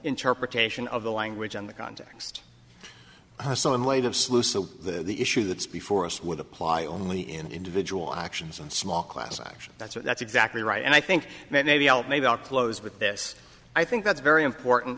interpretation of the language in the context hustle in light of slew so that the issue that's before us with apply only in individual actions and small class action that's what that's exactly right and i think maybe help maybe i'll close with this i think that's very important